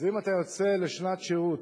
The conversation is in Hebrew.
אם אתה יוצא לשנת שירות,